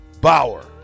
Bauer